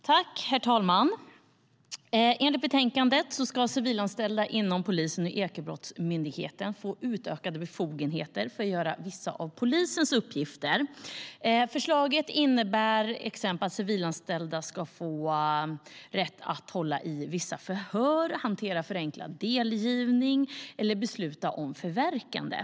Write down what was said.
Herr talman! Enligt betänkandet ska civilanställda inom polisen och Ekobrottsmyndigheten få utökade befogenheter för att göra vissa av polisens uppgifter. Förslaget innebär till exempel att civilanställda ska få rätt att hålla vissa förhör, hantera förenklad delgivning och besluta om förverkande.